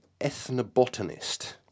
ethnobotanist